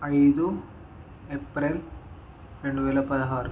ఐదు ఏప్రిల్ రెండు వేల పదహారు